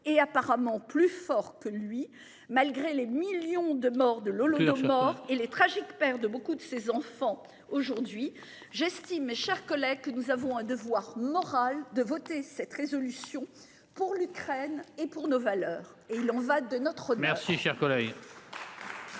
et apparemment plus fort que lui, malgré les millions de morts de Lolo Rochefort et les tragiques perdent de beaucoup de ses enfants, aujourd'hui j'estime mes chers collègues, que nous avons un devoir moral de voter cette résolution pour l'Ukraine et pour nos valeurs et il en va de notre.